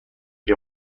que